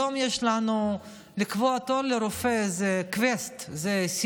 היום לקבוע תור לרופא זה סיוט,